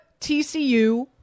TCU